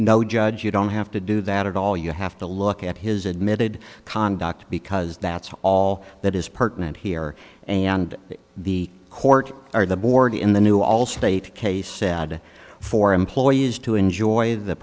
no judge you don't have to do that at all you have to look at his admitted conduct because that's all that is pertinent here and the court or the board in the new allstate case said for employees to enjoy the